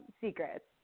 secrets